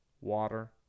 water